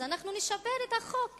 אז אנחנו נשפר את הצעת החוק.